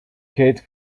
kate